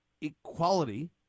equality